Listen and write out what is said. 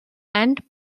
and